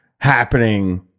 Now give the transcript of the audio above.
happening